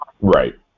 Right